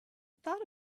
thought